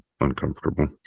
uncomfortable